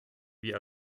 wie